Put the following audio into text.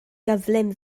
gyflym